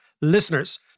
listeners